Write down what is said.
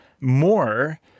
more